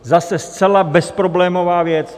Zase zcela bezproblémová věc.